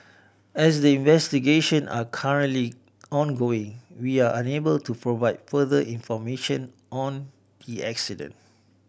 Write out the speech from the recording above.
as investigations are currently ongoing we are unable to provide further information on the incident